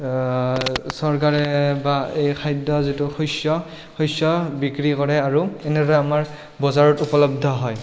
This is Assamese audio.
চৰকাৰে বা এই খাদ্য যিটো শস্য শস্য বিক্ৰী কৰে আৰু এনেধৰণে আমাৰ বজাৰত উপলব্ধ হয়